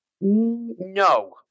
No